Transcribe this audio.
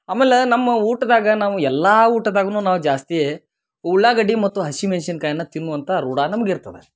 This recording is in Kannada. ಆಮೇಲ ನಮ್ಮ ಊಟ್ದಾಗ ನಾವು ಎಲ್ಲಾ ಊಟದಾಗ್ನು ನಾವು ಜಾಸ್ತಿ ಉಳ್ಳಾಗಡ್ಡಿ ಮತ್ತು ಹಸಿ ಮೆನ್ಶಿನ್ಕಾಯ್ನ ತಿನ್ನುವಂಥ ರೂಢ ನಮ್ಗ ಇರ್ತದ